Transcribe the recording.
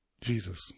Jesus